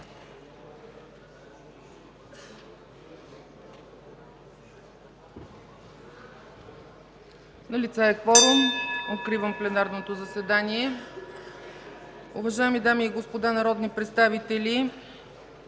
Налице е кворум. Откривам пленарното заседание. (Звъни.) Уважаеми дами и господа народни представители,